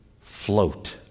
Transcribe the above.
float